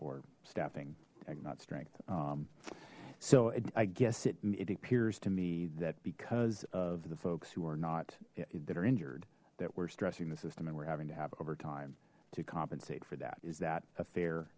or staffing tag not strength so i guess it appears to me that because of the folks who are not that are injured that we're stressing the system and we're having to have overtime to compensate for that is that a